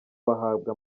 bahabwa